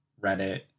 reddit